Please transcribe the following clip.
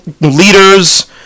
leaders